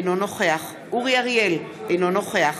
אינו נוכח אורי אריאל, אינו נוכח